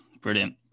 Brilliant